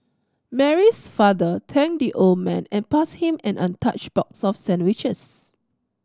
Mary's father thanked the old man and passed him an untouched box of sandwiches